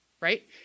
right